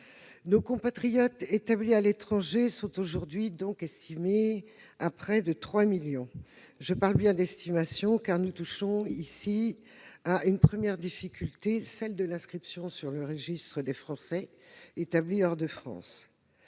nos compatriotes établis à l'étranger est aujourd'hui estimé à près de 3 millions. Je parle bien d'estimation, car nous touchons ici une première difficulté, celle de l'inscription sur le registre des Français établis hors de France.